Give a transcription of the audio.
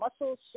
muscles